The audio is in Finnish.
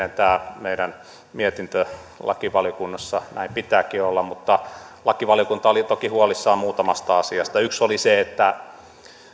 että tämä meidän mietintömme lakivaliokunnassa oli yksimielinen näin pitääkin olla mutta lakivaliokunta oli toki huolissaan muutamasta asiasta yksi oli se että